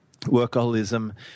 workaholism